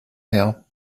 her